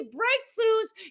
breakthroughs